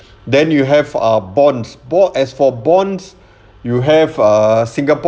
then you have ah bonds bond as for bonds you have err singapre